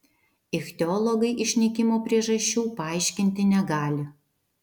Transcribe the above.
ichtiologai išnykimo priežasčių paaiškinti negali